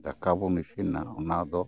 ᱫᱟᱠᱟᱵᱚᱱ ᱤᱥᱤᱱᱟ ᱚᱱᱟ ᱫᱚ